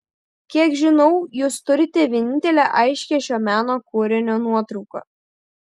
kiek žinau jūs turite vienintelę aiškią šio meno kūrinio nuotrauką